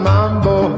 Mambo